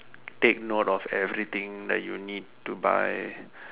take note of everything that you need to buy